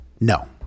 No